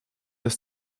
dass